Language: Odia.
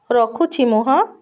ରଖୁଛି ମୁଁ ହାଁ